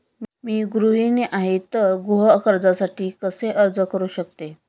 मी गृहिणी आहे तर गृह कर्जासाठी कसे अर्ज करू शकते?